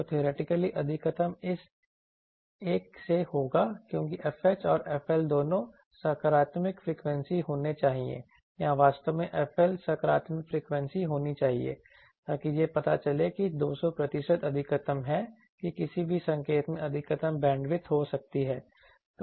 तो थियोरेटिकली अधिकतम इस एक से होगा क्योंकि fHऔर fL दोनों सकारात्मक फ्रीक्वेंसी होने चाहिए या वास्तव में fL सकारात्मक फ्रीक्वेंसी होनी चाहिए ताकि यह पता चले कि 200 प्रतिशत अधिकतम है कि किसी भी संकेत में अधिकतम बैंडविड्थ हो सकती है